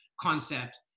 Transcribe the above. concept